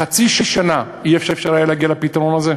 חצי שנה לא היה אפשר להגיע לפתרון הזה?